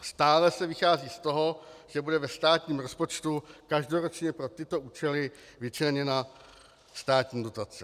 Stále se vychází z toho, že bude ve státním rozpočtu každoročně pro tyto účely vyčleněna státní dotace.